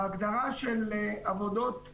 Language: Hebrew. בהגדרה של "עבודות גז"